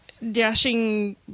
Dashing